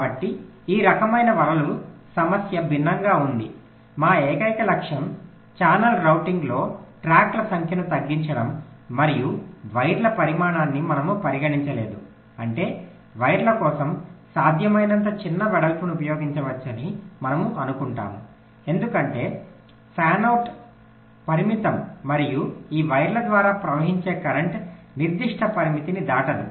కాబట్టి ఈ రకమైన వలల సమస్య భిన్నంగా ఉంది మా ఏకైక లక్ష్యం ఛానల్ రౌటింగ్లో ట్రాక్ల సంఖ్యను తగ్గించడం మరియు వైర్ల పరిమాణాన్ని మనము పరిగణించలేదు అంటే వైర్ల కోసం సాధ్యమైనంత చిన్న వెడల్పును ఉపయోగించవచ్చని మనము అనుకుంటాము ఎందుకంటే ఫ్యాన్ అవుట్ పరిమితం మరియు ఈ వైర్ల ద్వారా ప్రవహించే కరెంట్ నిర్దిష్ట పరిమితిని దాటదు